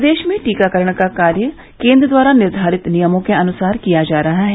प्रदेश में टीकाकरण का कार्य केन्द्र द्वारा निर्धारित नियमों के अनुसार किया जा रहा है